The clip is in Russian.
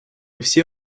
все